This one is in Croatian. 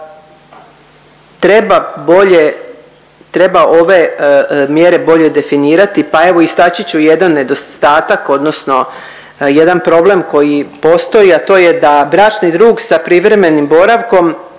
treba ove mjere bolje definirati pa evo istaći ću jedan nedostatak odnosno jedan problem koji postoji, a to je da bračni drug sa privremenim boravkom